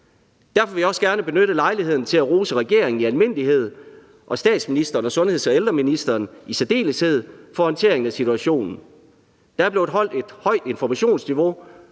Derfor vil jeg også gerne benytte lejligheden til at rose regeringen i almindelighed og statsministeren og sundheds- og ældreministeren i særdeleshed for håndteringen af situationen. Der er blevet holdt et højt informationsniveau,